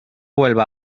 vuelva